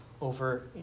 over